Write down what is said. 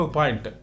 point